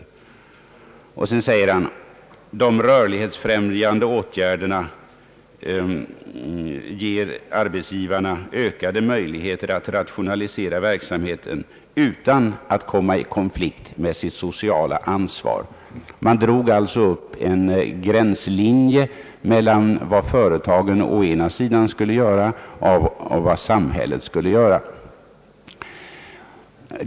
Departementschefen anför vidare: »De rörlighetsfrämjande åtgärderna ger arbetsgivarna ökade möjligheter att rationalisera verksamheten utan att komma i konflikt med sitt sociala ansvar.» Man drog alltså upp en gränslinje mellan vad företagen å ena sidan skulle göra och vad samhället å andra sidan skulle göra.